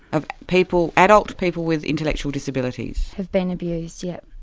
of people, adult people, with intellectual disabilities. have been abused, yes.